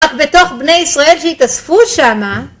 אך בתוך בני ישראל שהתאספו שמה